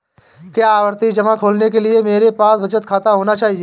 क्या आवर्ती जमा खोलने के लिए मेरे पास बचत खाता होना चाहिए?